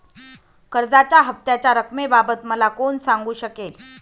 कर्जाच्या हफ्त्याच्या रक्कमेबाबत मला कोण सांगू शकेल?